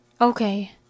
Okay